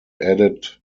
added